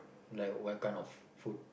like what kind of food